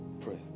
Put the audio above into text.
Pray